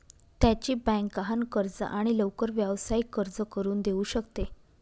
त्याची बँक गहाण कर्ज आणि लवकर व्यावसायिक कर्ज करून देऊ शकते